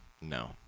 No